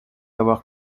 avoir